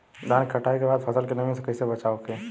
धान के कटाई के बाद फसल के नमी से कइसे बचाव होखि?